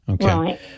Okay